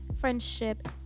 friendship